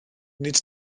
nid